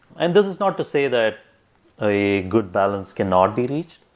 and this is not to say that a good balance cannot be reached.